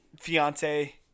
fiance